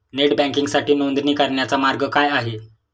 Net बँकिंगसाठी नोंदणी करण्याचा मार्ग काय आहे?